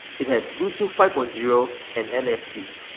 it has bluetooth five point zero and nfc.